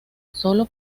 sólo